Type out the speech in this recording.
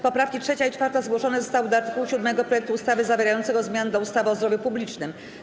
Poprawki 3. i 4. zgłoszone zostały do art. 7 projektu ustawy zawierającego zmiany do ustawy o zdrowiu publicznym.